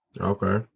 Okay